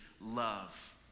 love